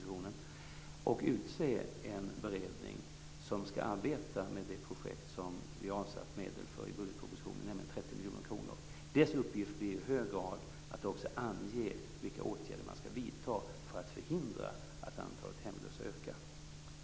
Vi kommer att utse en beredning som skall arbeta med det projekt som vi har avsatt medel för, 30 miljoner kronor, i budgetpropositionen. Dess uppgift blir i hög grad att också ange vilka åtgärder man skall vidta för att förhindra att antalet hemlösa ökar.